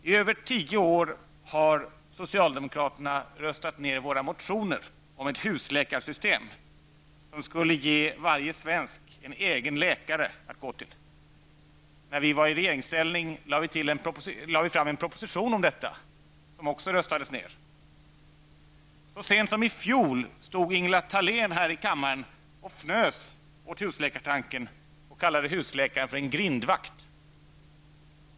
I över tio år har socialdemokraterna röstat ner våra motioner om ett husläkarsystem, som skulle ge varje svensk en egen läkare att gå till. När vi var i regeringställning lade vi fram en proposition om detta, som också röstades ner. Så sent som i fjol stod Ingela Thalén här i kammaren och fnös åt husläkartanken och kallade husläkaren för en grindvakt.